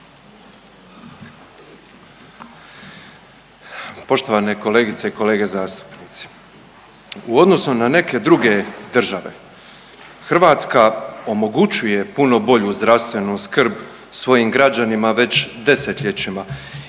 Poštovane kolegice i kolege zastupnici, u odnosu na neke druge države Hrvatska omogućuje puno bolju zdravstvenu skrb svojim građanima već desetljećima i glede